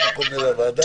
תודה.